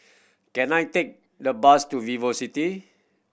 can I take a bus to VivoCity